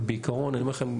אבל בעיקרון אני אומר לכם,